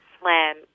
slam